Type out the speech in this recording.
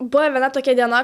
buvo viena tokia diena